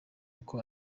uko